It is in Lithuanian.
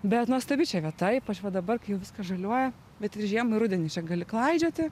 bet nuostabi čia vieta ypač va dabar kai jau viskas žaliuoja bet ir žiemą ir rudenį čia gali klaidžioti